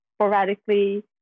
sporadically